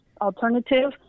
alternative